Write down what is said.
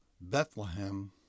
Bethlehem